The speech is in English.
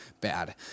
bad